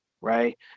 right